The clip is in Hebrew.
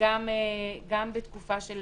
גם בתקופה של